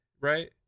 right